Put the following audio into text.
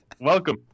welcome